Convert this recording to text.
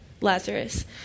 Lazarus